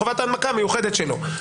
בחובת ההנמקה המיוחדת שלו.